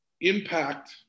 impact